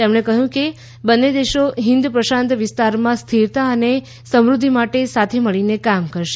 તેમણે કહ્યું બંને દેશો હિન્દ પ્રશાંત વિસ્તારમાં સ્થિરતા અને સમૃદ્ધિ માટે સાથે મળીને કામ કરશે